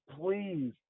please